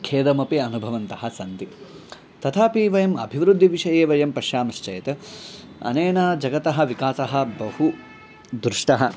खेदमपि अनुभवन्तः सन्ति तथापि वयम् अभिवृद्धेः विषये वयं पश्यामश्चेत् अनेन जगतः विकासः बहु दृष्टः